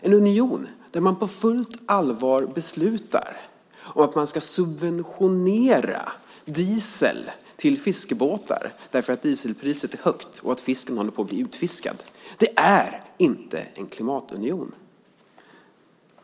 En union där man på fullt allvar beslutar om att man ska subventionera diesel till fiskebåtar för att dieselpriset är högt och fisken håller på att bli utfiskad är inte en klimatunion.